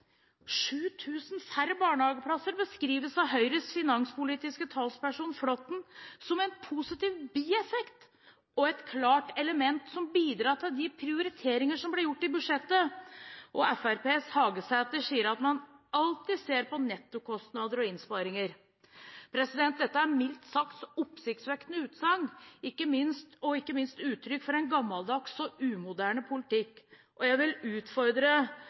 færre barnehageplasser beskrives av Høyres finanspolitiske talsperson, Svein Flåtten, som en positiv bieffekt og et klart element som bidrar til de prioriteringer som ble gjort i budsjettet. Og Fremskrittspartiets Gjermund Hagesæter sier at man alltid ser på nettokostnader og innsparinger. Dette er et, mildt sagt, oppsiktsvekkende utsagn – og ikke minst uttrykk for en gammeldags og umoderne politikk. Jeg vil utfordre